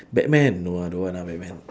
batman no I don't want ah batman